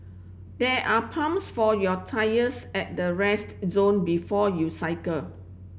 there are pumps for your tyres at the rest zone before you cycle